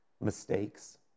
mistakes